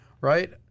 right